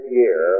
year